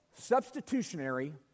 Substitutionary